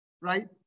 right